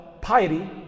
piety